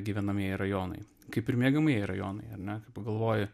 gyvenamieji rajonai kaip ir miegamieji rajonai ar ne pagalvoji